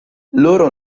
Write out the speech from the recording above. loro